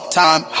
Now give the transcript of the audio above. time